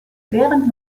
während